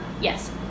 Yes